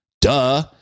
Duh